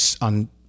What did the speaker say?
on